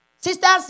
Sisters